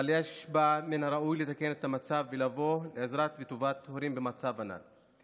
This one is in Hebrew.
אבל מן הראוי לתקן את המצב ולבוא לעזרת הורים ולטובתם במצב הנ"ל.